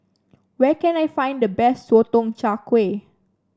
where can I find the best Sotong Char Kway